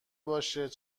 باشد